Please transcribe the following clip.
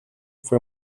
fue